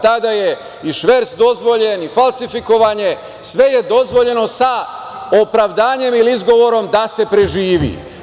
Tada je i šverc dozvoljen i falsifikovanje, sve je dozvoljeno sa opravdanjem ili izgovorom da se preživi.